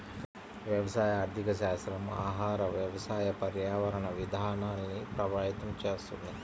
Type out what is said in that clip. వ్యవసాయ ఆర్థికశాస్త్రం ఆహార, వ్యవసాయ, పర్యావరణ విధానాల్ని ప్రభావితం చేస్తుంది